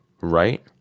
right